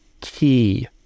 key